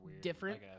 different